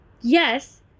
Yes